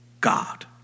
God